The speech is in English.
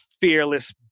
fearless